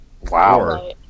Wow